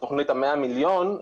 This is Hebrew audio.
תוכנית ה-100 מיליון,